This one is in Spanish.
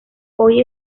hoy